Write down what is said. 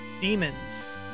Demons